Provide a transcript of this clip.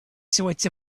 sorts